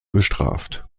bestraft